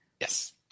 Yes